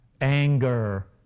anger